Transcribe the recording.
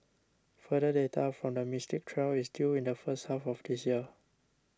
further data from the Mystic trial is due in the first half of this year